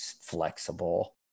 flexible